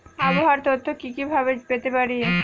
আবহাওয়ার তথ্য কি কি ভাবে পেতে পারি?